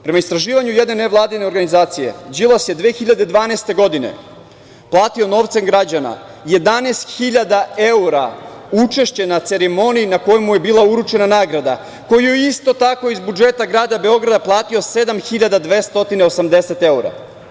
Prema istraživanju jedne nevladine organizacije Đilas je 2012. godine platio novcem građana 11.000 evra učešće na ceremoniji na kojoj mu je bila uručena nagrada, koju je isto tako iz budžeta grada Beograda platio 7.280 evra.